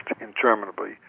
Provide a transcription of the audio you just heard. interminably